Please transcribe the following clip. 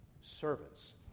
servants